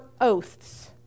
oaths